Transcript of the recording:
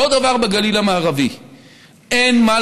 אותו דבר בגליל המערבי.